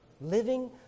Living